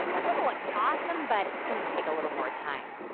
they're going to look awesome, but it's going to take a little more time.